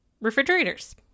refrigerators